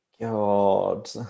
God